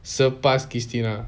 surpass christina